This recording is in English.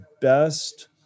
best